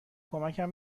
کمکم